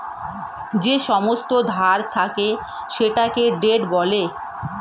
যেই সমস্ত ধার থাকে সেটাকে ডেট বলে